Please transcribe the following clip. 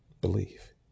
believe